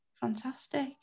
Fantastic